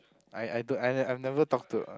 I I do I I've never talk to uh